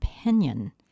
opinion